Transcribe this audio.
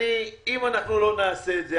אם אנחנו לא נעשה את זה,